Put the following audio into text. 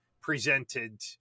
presented